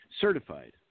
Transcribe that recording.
certified